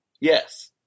Yes